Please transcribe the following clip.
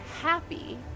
happy